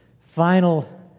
final